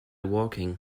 walking